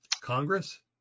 Congress